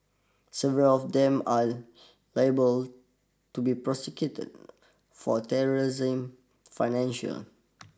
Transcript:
several of them are liable to be prosecuted for terrorism financial